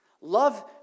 Love